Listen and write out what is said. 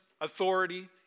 authority